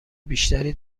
بیشتری